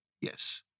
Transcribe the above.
Yes